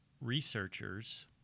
researchers